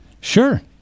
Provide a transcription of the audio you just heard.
Sure